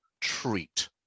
treat